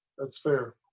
that's fair.